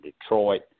Detroit